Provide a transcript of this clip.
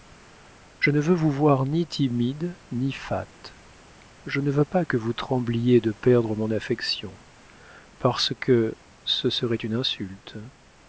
je ne veux vous voir ni timide ni fat je ne veux pas que vous trembliez de perdre mon affection parce que ce serait une insulte